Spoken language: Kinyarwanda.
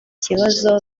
kibazo